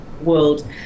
world